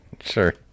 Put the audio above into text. Sure